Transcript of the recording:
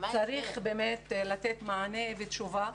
צריך באמת לתת מענה ותשובה.